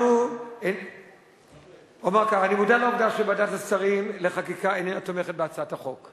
אני מודע לעובדה שוועדת השרים לחקיקה איננה תומכת בהצעת החוק.